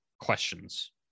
questions